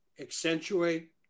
accentuate